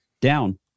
down